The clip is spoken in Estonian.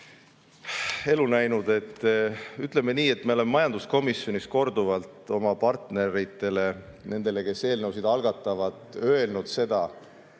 elu näinud. Ütleme nii, et me oleme majanduskomisjonis korduvalt oma partneritele, nendele, kes eelnõusid algatavad, öelnud seda,